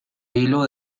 hilo